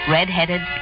Red-headed